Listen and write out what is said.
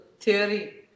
theory